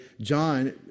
John